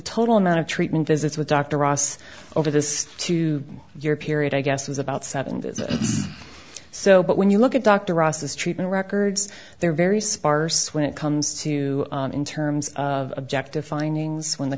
total amount of treatment visits with dr ross over this two year period i guess was about seven or so but when you look at dr ross's treatment records they're very sparse when it comes to in terms of objective findings when the